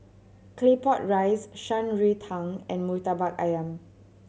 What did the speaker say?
Claypot Rice Shan Rui Tang and Murtabak Ayam